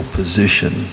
position